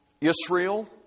Israel